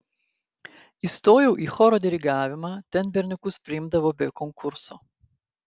įstojau į choro dirigavimą ten berniukus priimdavo be konkurso